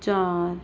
ਚਾਰ